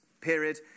period